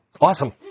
Awesome